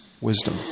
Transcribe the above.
wisdom